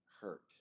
hurt